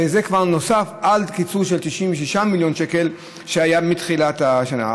וזה כבר נוסף על קיצוץ של 96 מיליון שקל שהיה מתחילת השנה.